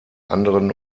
anderen